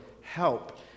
help